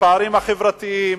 הפערים החברתיים,